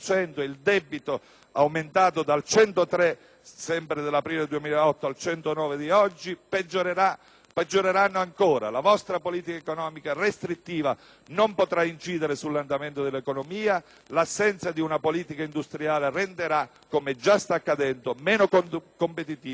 (passato dal 103,2 per cento dell'aprile 2008 al 109,3 per cento di oggi) peggioreranno ancora. La vostra politica economica restrittiva non potrà incidere sull'andamento dell'economia e l'assenza di una politica industriale renderà, come già sta accadendo, meno competitivo il nostro sistema